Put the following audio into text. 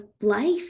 life